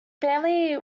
family